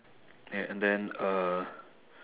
a~ and then uh